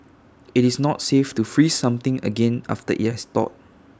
IT is not safe to freeze something again after IT has thawed